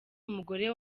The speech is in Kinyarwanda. umugore